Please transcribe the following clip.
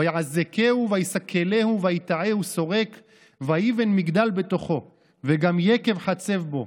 ויעזקהו ויסקלהו ויִטעהו שֹׂרֵק ויבן מגדל בתוכו וגם יקב חצב בו.